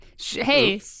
Hey